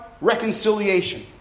reconciliation